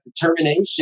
determination